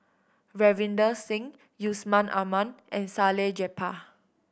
Ravinder Singh Yusman Aman and Salleh Japar